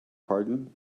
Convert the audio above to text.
pardon